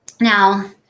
Now